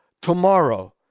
tomorrow